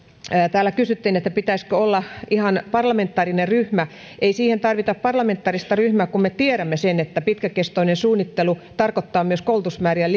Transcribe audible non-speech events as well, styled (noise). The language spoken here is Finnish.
täällä kysyttiin pitäisikö olla ihan parlamentaarinen ryhmä ei siihen tarvita parlamentaarista ryhmää kun me tiedämme sen että pitkäkestoinen suunnittelu tarkoittaa myös koulutusmäärien (unintelligible)